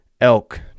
elk